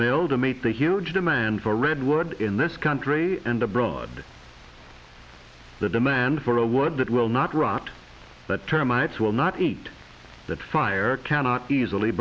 mail to meet the huge demand for redwood in this country and abroad the demand for a word that will not rot but termites will not eat that fire cannot easily